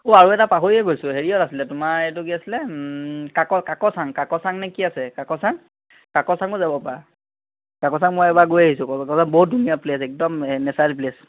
অ' আৰু এটা পাহৰিয়ে গৈছোঁ হেৰিয়ত আছিলে তোমাৰ এইটো কি আছিলে কাকচাং কাকচাং নে কি আছে কাকচাং কাকচাঙো যাব পাৰা কাকচাং মই এবাৰ গৈ আহিছো বহুত ধুনীয়া প্লেচ একদম নেচাৰেল প্লেচ